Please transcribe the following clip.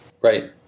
Right